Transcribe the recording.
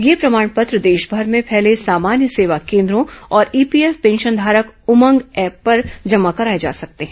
यह प्रमाण पत्र देशमर में फैले सामान्य सेवा केन्द्रों और ईपीएफ पेंशनधारक उमंग ऐप पर जमा कराए जा सकते हैं